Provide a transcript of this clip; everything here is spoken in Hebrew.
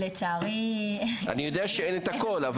אני יודע שאין הכול.